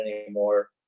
anymore